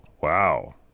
wow